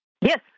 Yes